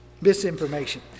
Misinformation